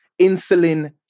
insulin